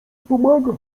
pomaga